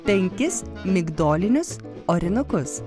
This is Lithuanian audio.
penkis migdolinius orinukus